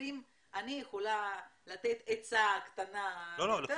אם אני יכולה לתת עצה קטנה אני בשמחה אעשה את זה.